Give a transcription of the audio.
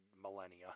millennia